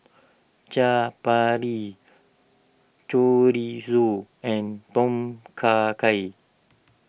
Chaat Papri Chorizo and Tom Kha Gai